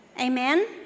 Amen